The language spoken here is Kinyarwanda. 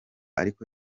ariko